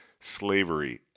slavery